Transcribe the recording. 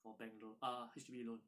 for bank loan uh H_D_B loan